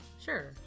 Sure